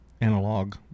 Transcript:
analog